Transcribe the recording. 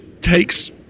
takes